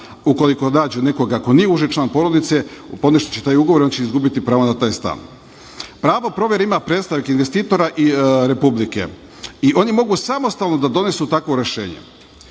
ukoliko nađu nekoga ko nije uži član porodice, poništiće taj ugovor i on će izgubiti pravo na taj stan. Pravo provere ima predstavnik investitora i Republike i oni mogu samostalno da donesu takvo rešenje.